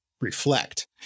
reflect